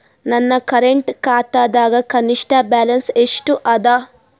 ನನ್ನ ಕರೆಂಟ್ ಖಾತಾದಾಗ ಕನಿಷ್ಠ ಬ್ಯಾಲೆನ್ಸ್ ಎಷ್ಟು ಅದ